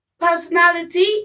personality